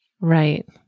Right